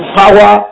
power